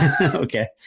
okay